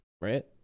Right